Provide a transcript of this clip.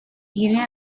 guinea